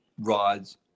rods